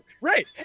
right